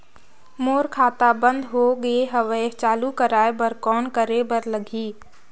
मोर खाता बंद हो गे हवय चालू कराय बर कौन करे बर लगही?